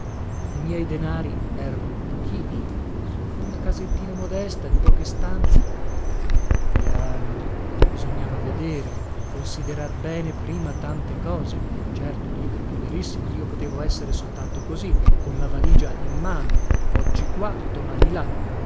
i miei denari erano pochini ma una casettina modesta di poche stanze piano bisognava vedere considerar bene prima tante cose certo libero liberissimo io potevo essere soltanto così con la valigia in mano oggi qua domani là